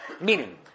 Meaning